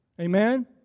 Amen